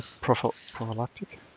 prophylactic